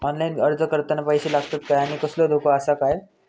Online अर्ज करताना पैशे लागतत काय आनी कसलो धोको आसा काय?